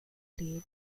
played